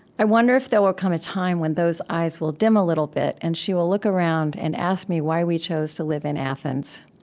i wonder if there will come a time when those eyes will dim a little bit, and she will look around and ask me why we chose to live in athens.